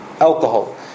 alcohol